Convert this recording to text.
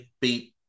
beat